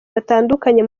batandukanye